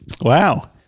Wow